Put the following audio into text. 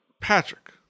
Patrick